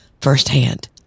firsthand